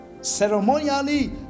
ceremonially